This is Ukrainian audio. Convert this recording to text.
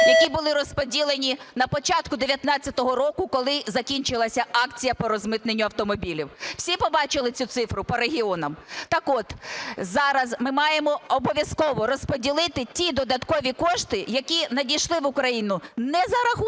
які були розподілені на початку 19-го року, коли закінчилася акція по розмитненню автомобілів. Всі побачили цю цифру по регіонам? Так от, зараз ми маємо обов'язково розподілити ті додаткові кошти, які надійшли в Україну не за рахунок